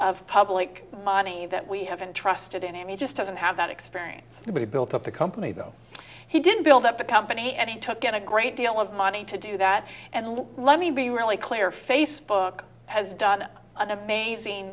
of public money that we haven't trusted in him he just doesn't have that experience to be built up the company though he didn't build up the company and he took in a great deal of money to do that and let me be really clear facebook has done an amazing